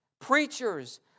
preachers